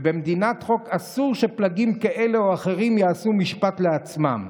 במדינת חוק אסור שפלגים כאלה או אחרים יעשו משפט לעצמם.